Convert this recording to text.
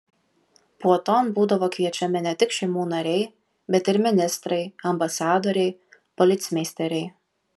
puoton būdavo kviečiami ne tik šeimų nariai bet ir ministrai ambasadoriai policmeisteriai